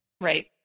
Right